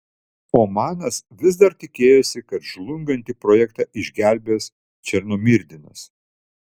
omanas vis dar tikėjosi kad žlungantį projektą išgelbės černomyrdinas